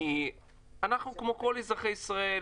כמו כל אזרחי ישראל,